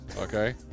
Okay